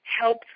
Help